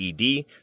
ed